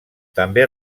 també